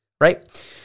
Right